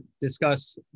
discuss